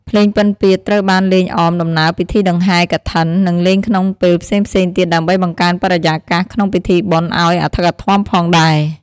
ភ្លេងពិណពាទ្យត្រូវបានលេងអមដំណើរពិធីដង្ហែរកឋិន និងលេងក្នុងពេលផ្សេងៗទៀតដើម្បីបង្កើនបរិយាកាសក្នុងពិធីបុណ្យឲ្យអធឹកអធមផងដែរ។